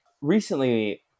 recently